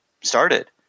started